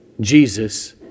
Jesus